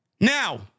Now